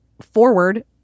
forward